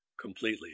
completely